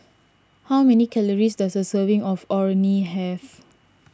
how many calories does a serving of Orh Nee have